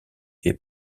fait